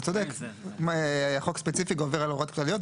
אתה צודק, החוק הספציפי גובר על הוראות כלליות.